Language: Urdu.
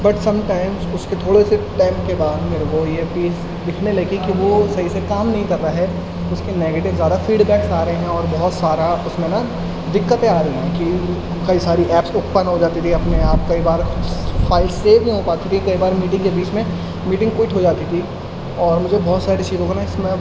بٹ سم ٹائمس اس کے تھوڑے سے ٹائم کے بعد میرے کو یہ پیس دکھنے لگی کہ وہ صحیح سے کام نہیں کر رہا ہے اس کے نگیٹیو زیادہ فیڈ بیکس آ رہے ہیں اور بہت سارا اس میں نا دقتیں آ رہی ہیں کہ کئی ساری ایپس اوپن ہو جاتی تھی اپنے آپ کئی بار فائل سیو نہیں ہو پاتی تھی کئی بار میٹنگ کے بیچ میں میٹنگ کویٹ ہو جاتی تھی اور مجھے بہت ساری چیزوں کا نا اس میں